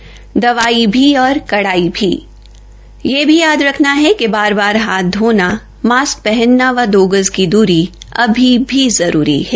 दवाई भी और कड़ाई भी यह भी याद रखना है कि बार बार हाथ धोना मास्क पहनना व दो गज की दूरी अभी भी जरूरी है